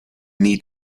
need